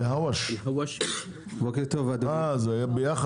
בוקר טוב, אדוני.